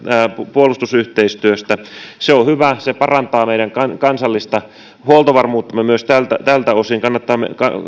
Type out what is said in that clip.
puolustusyhteistyöstä se on hyvä se parantaa meidän kansallista huoltovarmuuttamme myös tältä osin